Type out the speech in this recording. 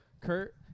Kurt